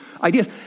ideas